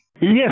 Yes